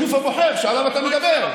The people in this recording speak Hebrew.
בגוף הבוחר שעליו אתה מדבר.